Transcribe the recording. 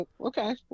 okay